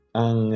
ang